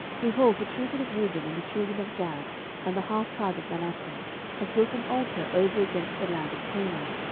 behold, the children of reuben and the children of gad and the half tribe of manasseh have built an altar over against the land of canaan,